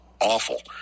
awful